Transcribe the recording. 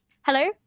Hello